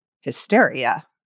hysteria